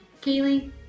Kaylee